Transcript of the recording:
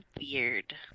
weird